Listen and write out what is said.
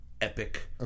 epic